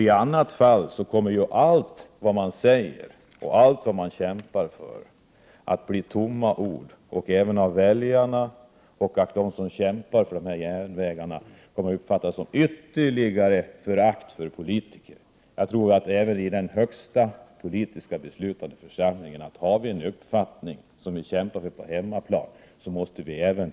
I annat fall kommer allt man säger att bli tomma ord och leda till ytterligare förakt för politiker från väljarna och från dem som kämpar för dessa järnvägar. Har man en uppfattning man kämpar för på hemmaplan, måste man även i denna kammare, i den högsta politiska beslutande församlingen, stå fast vid den.